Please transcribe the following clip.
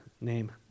name